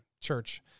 church